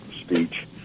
speech